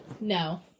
No